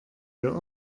wir